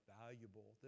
valuable